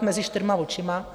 Mezi čtyřma očima.